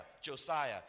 Josiah